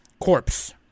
corpse